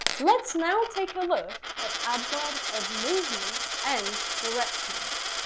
let's now take a look at adverbs of movement and directions.